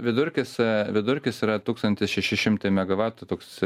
vidurkis e vidurkis yra tūkstantis šeši šimtai megavatų toks